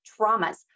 traumas